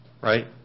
Right